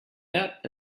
out